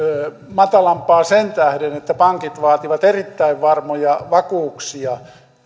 hiljaisempaa sen tähden että pankit vaativat erittäin varmoja vakuuksia